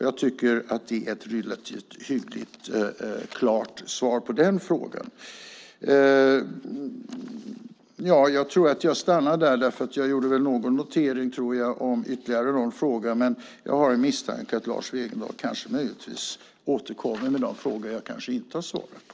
Jag tycker att det är ett relativt hyggligt och klart svar på den frågan. Jag tror att jag stannar där. Jag gjorde ytterligare någon notering om en fråga, men jag har en misstanke om att Lars Wegendal kanske återkommer med de frågor jag inte har svarat på.